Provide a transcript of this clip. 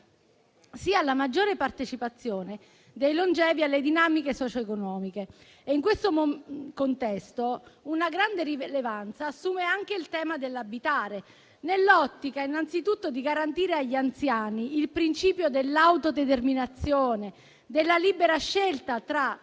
sia alla maggiore partecipazione dei longevi alle dinamiche socio economiche. In questo contesto, una grande rilevanza assume il tema dell'abitare, nell'ottica innanzitutto di garantire agli anziani il principio dell'autodeterminazione e della libera scelta tra